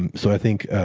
and so i think